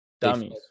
Dummies